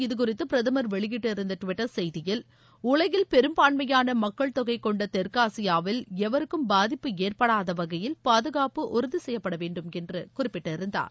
இதுகுறித்துபிரதமர் வெளியிட்டிருந்தடுவிட்டர் உலகில் செய்தியில் முன்னதாக பெரும்பான்மையானமக்கள் தொகைகொண்டதெற்காசியாவில் எவருக்கும் பாதிப்பு ஏற்படாதவகையில் பாதுகாப்பு உறுதிசெய்யப்படவேண்டும் என்றுகுறிப்பிட்டிருந்தார்